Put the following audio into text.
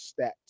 stats